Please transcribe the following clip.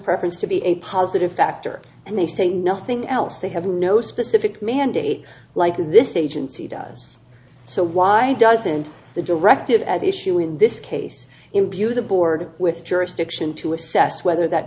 preference to be a positive factor and they say nothing else they have no specific mandate like this agency does so why doesn't the directed at issue in this case imbue the board with jurisdiction to assess whether that